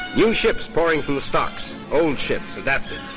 new ships pouring from the stocks, old ships adapting.